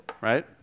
Right